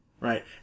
Right